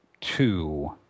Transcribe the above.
two